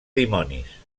dimonis